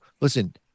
listen